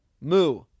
Moo